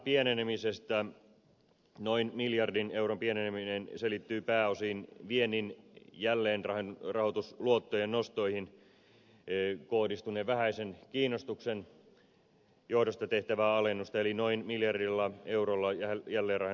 määrärahojen noin miljardin euron pieneneminen selittyy pääosin viennin jälleenrahoitusluottoihin tehtävästä alennuksesta niiden nostoihin kohdistuneen vähäisen kiinnostuksen johdosta eli noin miljardilla eurolla ja gjaller